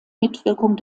mitwirkung